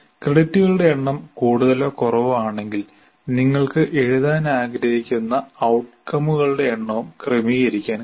ക്രെഡിറ്റുകളുടെ എണ്ണം കൂടുതലോ കുറവോ ആണെങ്കിൽ നിങ്ങൾക്ക് എഴുതാൻ ആഗ്രഹിക്കുന്ന ഔട്കമുകളുടെ എണ്ണവും ക്രമീകരിക്കാൻ കഴിയും